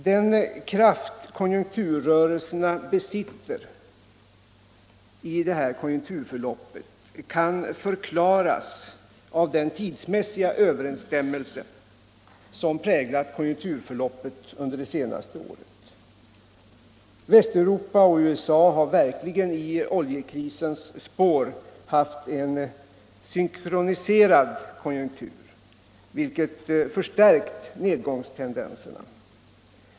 Den kraft konjunkturrörelserna besitter kan förklaras av den tidsmässiga överensstämmelse som präglat konjunkturförloppet under det senaste året. Västeuropa och USA har verkligen i oljekrisens spår haft en synkroniserad konjunktur, vilket förstärkt nedgångstendenserna.